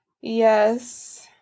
Yes